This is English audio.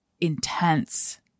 intense